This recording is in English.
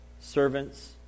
servants